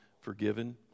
forgiven